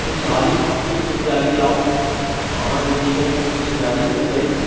खुशहाली ही खुशहाली लाउ अहाँके जीवनमे खुशहाली एतै